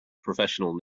professional